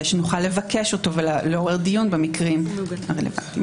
שנוכל לבקש אותו ולעורר דיון במקרים הרלוונטיים.